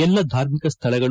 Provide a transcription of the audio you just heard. ಎಲ್ಲ ಧಾರ್ಮಿಕ ಸ್ಥಳಗಳು